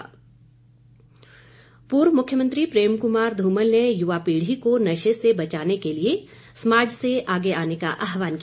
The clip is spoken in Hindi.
धुमल पूर्व मुख्यमंत्री प्रेम कुमार धूमल ने युवा पीढ़ी को नशे से बचाने के लिए समाज से आगे आने का आहवान किया